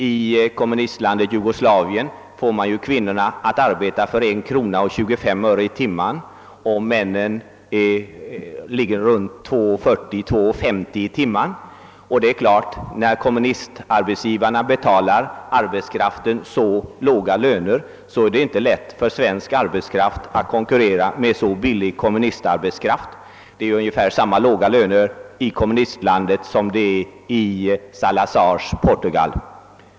I kommunistlandet Jugoslavien måste kvinnorna arbeta för 1 krona 25 öre i timmen medan männen får mellan 2 kronor 40 öre och 2 kronor 50 öre i timmen. När de kommunistiska arbetsgivarna betalar så låga löner är det självfallet inte lätt för vårt land att konkurrera. Lönerna är ungefär lika låga i detta kommunistland som i Salazars Portugal.